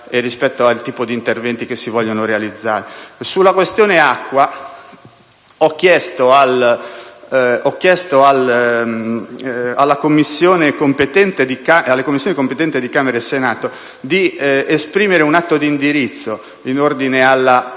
Sulla questione acqua, ho chiesto alle Commissioni competenti di Camera e Senato di definire un atto d'indirizzo in ordine alla produzione